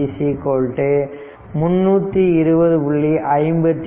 615 320